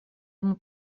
ему